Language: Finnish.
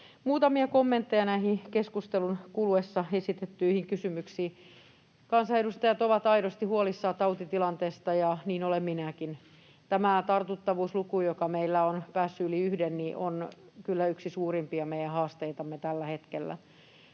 Muutamia kommentteja näihin keskustelun kuluessa esitettyihin kysymyksiin. Kansanedustajat ovat aidosti huolissaan tautitilanteesta, ja niin olen minäkin. Tämä tartuttavuusluku, joka meillä on päässyt yli yhden, on kyllä yksi meidän suurimpia haasteitamme tällä hetkellä.